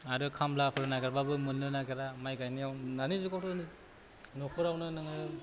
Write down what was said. आरो खामलाफोर नागेरबाबो मोननो नागिरा माइ गायनायाव दानि जुगावथ' न'खरावनो नोङो